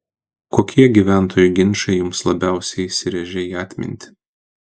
kokie gyventojų ginčai jums labiausiai įsirėžė į atmintį